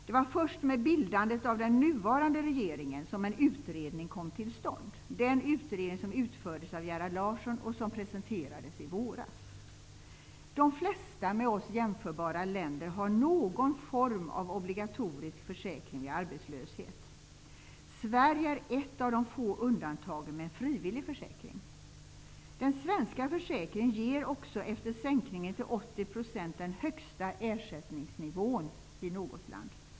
Det var först med bildandet av den nuvarande regeringen som en utredning kom till stånd -- den utredning som utfördes av Gerhard Larsson och som presenterades i våras. De flesta med Sverige jämförbara länder har någon form av obligatorisk försäkring vid arbetslöshet. Sverige är ett av de få undantagen med en frivillig försäkring. Den svenska försäkringen har också efter sänkningen till 80 % den högsta ersättningsnivån jämfört med andra länder.